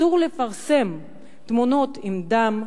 שאסור לפרסם תמונות עם דם,